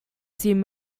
seen